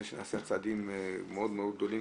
נעשו צעדים מאוד מאוד גדולים,